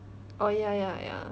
oh ya ya ya